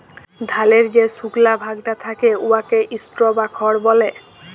ধালের যে সুকলা ভাগটা থ্যাকে উয়াকে স্ট্র বা খড় ব্যলে